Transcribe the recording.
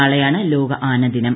നാളെയാണ് ലോക ആന ദിനം